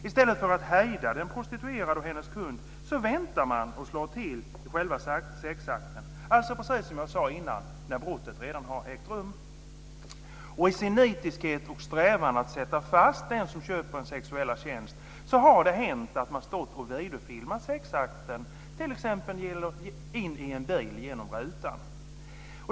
I stället för att hejda den prostituerade och hennes kund väntar man och slår till vid själva sexakten, alltså, precis som jag sade tidigare, när brottet redan har ägt rum. I sin nitiskhet och sin strävan efter att sätta fast den som köper en sexuell tjänst har det hänt att man har stått och videofilmat sexakten, t.ex. genom en bilruta.